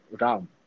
Ram